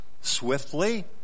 swiftly